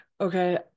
Okay